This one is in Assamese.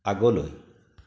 আগলৈ